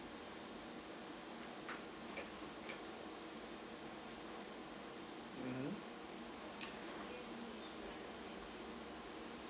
mm